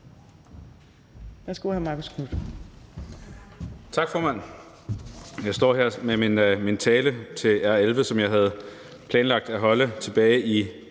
Tak, formand. Jeg står her med min tale til R 11, som jeg havde planlagt at holde tilbage i